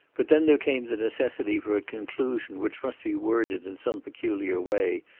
but then there came the necessity for a conclusion which must be worded in some peculiar way,